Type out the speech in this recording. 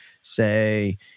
say